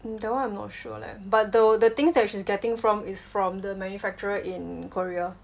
um that [one] I'm not sure leh but the the things that she's getting from is from the manufacturer in korea